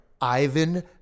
Ivan